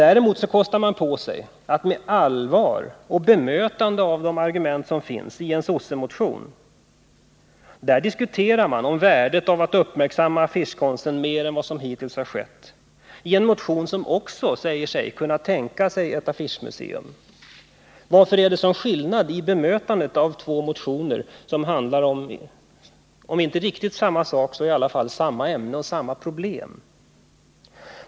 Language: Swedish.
Däremot kostar man på sig att med allvar bedöma argumenten i en s-motion, där man diskuterar värdet av att uppmärksamma affischkonsten mer än vad som hittills har skett. Detta gäller alltså en motion där det också står att man kan tänka sig ett affischmuseum. Varför är det sådan skillnad på bemötandet av dessa två motioner som handlar om om inte riktigt samma sak så i alla fall samma ämne och samma problem?